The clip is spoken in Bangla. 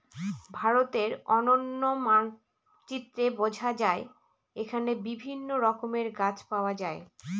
ভারতের অনন্য মানচিত্রে বোঝা যায় এখানে বিভিন্ন রকমের গাছ পাওয়া যায়